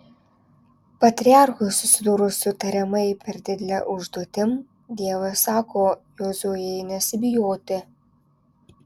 patriarchui susidūrus su tariamai per didele užduotim dievas sako jozuei nesibijoti